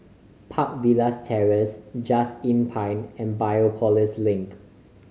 Park Villas Terrace Just Inn Pine and Biopolis Link